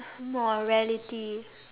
morality